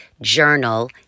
journal